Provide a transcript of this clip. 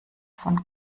von